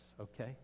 okay